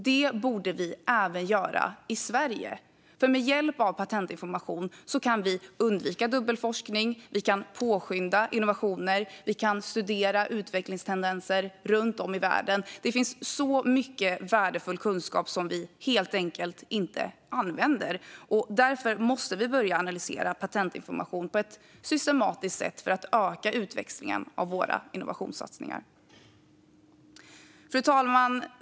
Det borde vi även göra i Sverige, för med hjälp av patentinformation kan vi undvika dubbelforskning, påskynda innovationer och studera utvecklingstendenser runt om i världen. Det finns så mycket värdefull kunskap som vi helt enkelt inte använder. Därför måste vi börja analysera patentinformation på ett systematiskt sätt för att öka utväxlingen av våra innovationssatsningar. Fru talman!